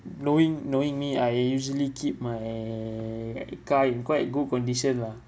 knowing knowing me I usually keep my uh car in quite good condition lah